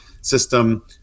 system